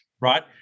Right